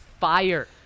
fire